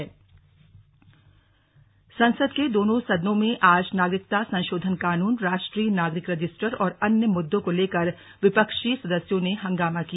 लोकसभा संसद के दोनों सदनों में आज नागरिकता संशोधन कानून राष्ट्रीय नागरिक रजिस्टर और अन्य मुद्दों को लेकर विपक्षी सदस्यों ने हंगामा किया